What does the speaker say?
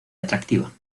atractiva